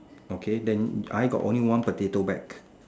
okay then I got only one potato bag